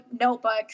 notebooks